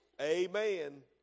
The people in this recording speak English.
Amen